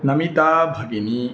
नमिता भगिनी